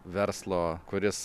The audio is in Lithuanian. verslo kuris